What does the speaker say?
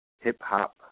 hip-hop